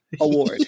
Award